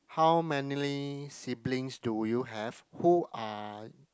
how many siblings do you have who are